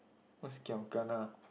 what's giam kana